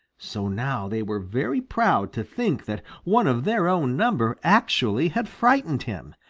so now they were very proud to think that one of their own number actually had frightened him,